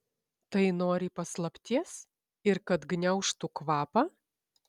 tai nori paslapties ir kad gniaužtų kvapą